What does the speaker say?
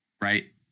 right